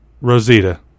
Rosita